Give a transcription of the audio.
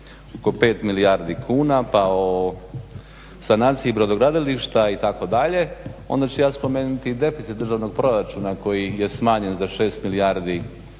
oko 5 milijardi kuna pa o sanaciji brodogradilišta itd. onda ću ja spomenuti i deficit državnog proračuna koji je smanjen za 6 milijardi kuna